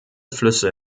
flüsse